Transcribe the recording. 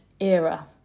era